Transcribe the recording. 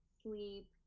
sleep